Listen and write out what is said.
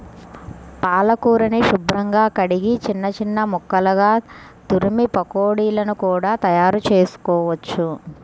పాలకూరని శుభ్రంగా కడిగి చిన్న చిన్న ముక్కలుగా తురిమి పకోడీలను కూడా తయారుచేసుకోవచ్చు